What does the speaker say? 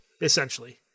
essentially